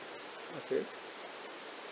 okay